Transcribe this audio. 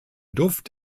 duft